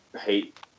hate